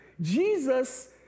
Jesus